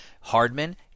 Hardman